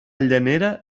llanera